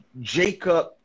Jacob